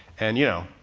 and you know,